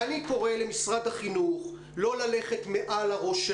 אני קורא למשרד החינוך לא ללכת מעל לראש של